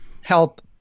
help